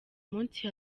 munsi